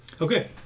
Okay